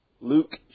Luke